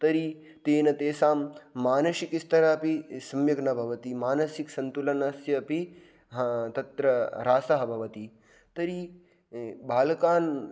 तर्हि तेन तेषां मानसिकस्तरः अपि सम्यक् न भवति मानसिकसन्तुलनस्य अपि हा तत्र ह्रासः भवति तर्हि बालकान्